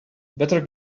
better